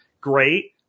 great